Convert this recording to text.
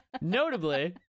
notably